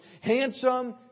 handsome